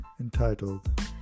entitled